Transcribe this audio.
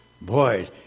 boy